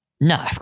No